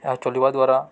ଏହା ଚାଲିବା ଦ୍ୱାରା